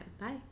Bye